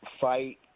fight